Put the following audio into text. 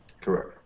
Correct